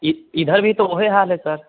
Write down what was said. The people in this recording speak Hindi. इ इधर भी तो वहीँ हाल है सर